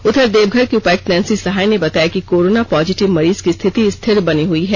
उधर देवघर की उपायुक्त नैसी सहाय ने बताया कि कोरोना पॉजिटिव मरीज की स्थिति स्थिर बनी हई है